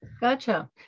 Gotcha